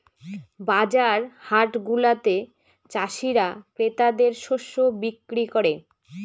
বাজার হাটগুলাতে চাষীরা ক্রেতাদের শস্য বিক্রি করে